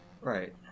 right